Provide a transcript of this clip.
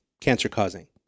cancer-causing